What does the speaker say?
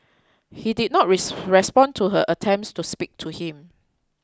he did not respond to her attempts to speak to him